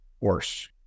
worse